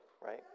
right